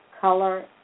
color